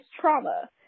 trauma